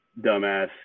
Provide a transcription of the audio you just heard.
dumbass